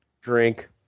Drink